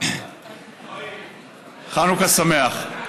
חנוכה שמח.